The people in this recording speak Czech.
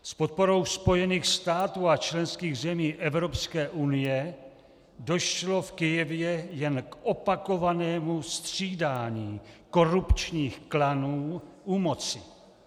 S podporou Spojených států a členských zemí Evropské unie došlo v Kyjevě jen k opakovanému střídání korupčních klanů u moci.